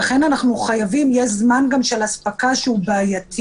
וגם יש זמן של אספקה שהוא בעייתי.